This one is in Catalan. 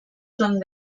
són